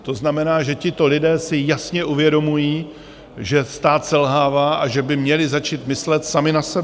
To znamená, že tito lidé si jasně uvědomují, že stát selhává a že by měli začít myslet sami na sebe.